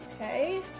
Okay